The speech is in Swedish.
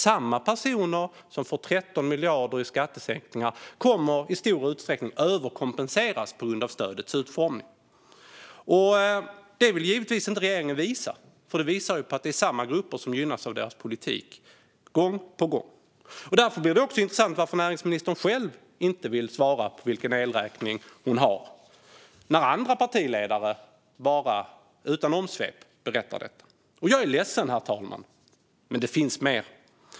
Samma personer som får 13 miljarder i skattesänkningar kommer i stor utsträckning att överkompenseras på grund av stödets utformning. Detta vill regeringen givetvis inte visa, för det visar ju på att det är samma grupper som gynnas av dess politik gång på gång. Därför är det också intressant att näringsministern själv inte vill svara på vilken elräkning hon har när andra partiledare utan omsvep berättar detta. Jag är ledsen, herr talman, men det finns mer.